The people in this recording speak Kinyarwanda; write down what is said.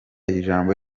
ijambo